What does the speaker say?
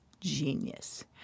Genius